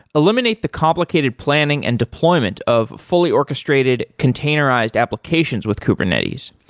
eliminate the complicated planning and deployment of fully orchestrated containerized applications with kubernetes.